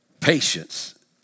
Patience